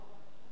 "המרמרה",